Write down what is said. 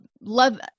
love